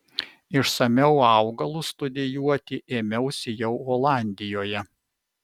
išsamiau augalus studijuoti ėmiausi jau olandijoje